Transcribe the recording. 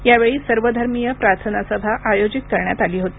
यावेळी सर्वधर्मीय प्रार्थना सभा आयोजित करण्यात आली होती